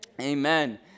amen